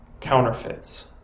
counterfeits